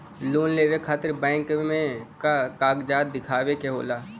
Loan लेवे खातिर bank मे का कागजात दिखावे के होला?